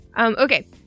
Okay